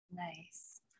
Nice